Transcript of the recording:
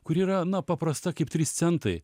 kuri yra na paprasta kaip trys centai